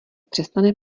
přestane